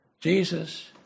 Jesus